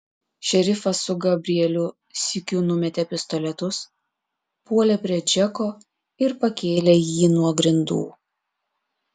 šerifas su gabrielių sykiu numetė pistoletus puolė prie džeko ir pakėlė jį nuo grindų